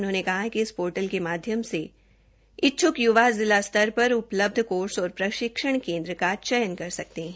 उन्होंने कहा कि इस पोर्टल के माध्यम से इच्छ्क य्वा जिला स्तर पर उपलब्ध कोर्स और प्रशिक्षण केंद्र का चयन कर सकते हैं